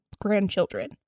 grandchildren